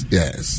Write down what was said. yes